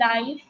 life